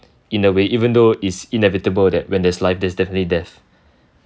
in a way even though is inevitable that when there's life there's definitely death